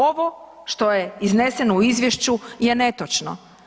Ovo što je izneseno u izvješću je netočno.